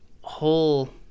whole